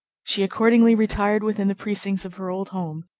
she accordingly retired within the precincts of her old home,